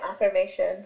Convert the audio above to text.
affirmation